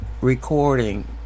recording